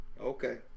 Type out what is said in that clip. Okay